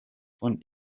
und